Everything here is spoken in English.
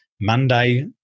Monday